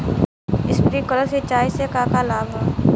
Sprinkler सिंचाई से का का लाभ ह?